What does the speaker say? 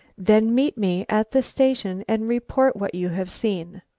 then meet me at the station and report what you have seen.